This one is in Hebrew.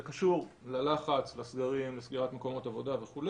זה קשור ללחץ, לסגרים, לסגירת מקומות עבודה וכו',